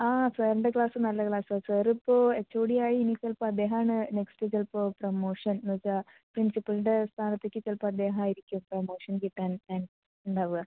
ആ സാറിൻ്റെ ക്ലാസ്സ് നല്ല ക്ലാസ്സാണ് സാറിപ്പോൾ എച്ച് ഒ ഡി ആയി ഇനി ചിലപ്പോൾ അദ്ദേഹമാണ് നെക്സ്റ്റ് ചിലപ്പോൾ പ്രമോഷൻ എന്നു വച്ചാൽ പ്രിൻസിപ്പിളിൻ്റെ സ്ഥാനത്തേക്ക് ചിലപ്പോൾ അദ്ദേഹം ആയിരിക്കും പ്രമോഷൻ കിട്ടാൻ ചാൻസ് ഉണ്ടാവുക